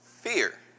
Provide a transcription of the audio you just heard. Fear